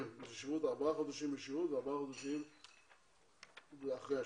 ארבעה חודשים לשירות וארבעה חודשים אחרי השירות.